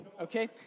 Okay